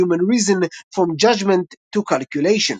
Human Reason From Judgment to Calculation,